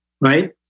right